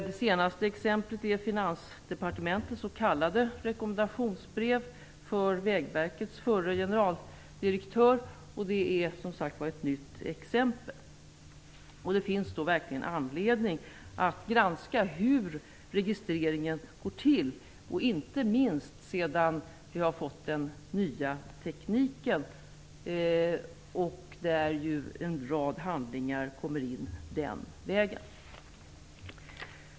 Det senaste exemplet är Vägverkets förre generaldirektör. Det är som sagt var ett nytt exempel. Det finns verkligen anledning att granska hur registreringen går till, inte minst sedan vi har fått den nya tekniken. En rad handlingar kommer ju in den vägen.